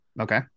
Okay